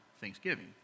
Thanksgiving